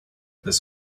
this